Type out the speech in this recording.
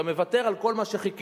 אתה מוותר על כל מה שחיכית,